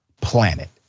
planet